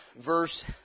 verse